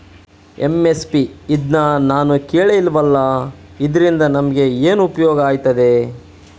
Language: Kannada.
ಎಂ.ಎಸ್.ಪಿ ಇದ್ನನಾನು ಕೇಳೆ ಇಲ್ವಲ್ಲ? ಇದ್ರಿಂದ ನಮ್ಗೆ ಏನ್ಉಪ್ಯೋಗ ಆಯ್ತದೆ?